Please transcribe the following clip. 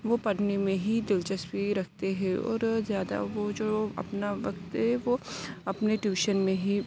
وہ پڑھنے میں ہی دلچسپی رکھتے ہیں اور زیادہ وہ جو اپنا وقت وہ اپنے ٹیوشن میں ہی